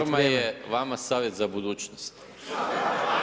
Forma je vama savjet za budućnost.